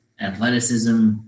athleticism